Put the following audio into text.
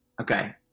okay